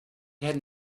had